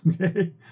Okay